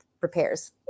Repairs